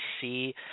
see